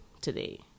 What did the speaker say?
today